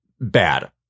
bad